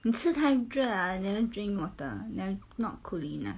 你吃太热啊 never drink water nev~ not cooling enough